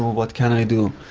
what can i do?